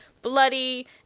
bloody